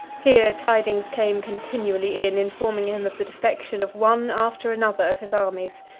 here tidings came continually in, informing him of the defection of one after another of his armies,